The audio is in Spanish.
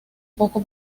poco